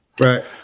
Right